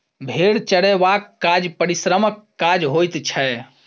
भेंड़ चरयबाक काज परिश्रमक काज होइत छै